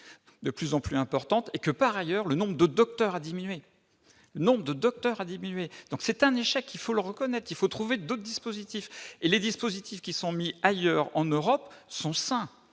de plus en plus importante et que, par ailleurs, le nombre de docteurs à diminuer, nombre de docteurs a diminué donc c'est un échec, il faut le reconnaître, qu'il faut trouver d'autres dispositifs et les dispositifs qui sont mis ailleurs en Europe, sont sains